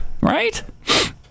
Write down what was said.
Right